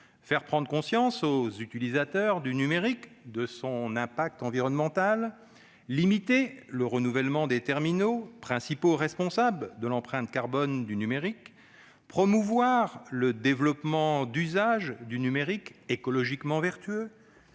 faire prendre conscience aux utilisateurs du numérique de son impact environnemental ; limiter le renouvellement des terminaux, principaux responsables de l'empreinte carbone du numérique ; promouvoir le développement d'usages du numérique écologiquement vertueux